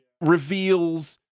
reveals